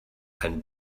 ein